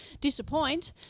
disappoint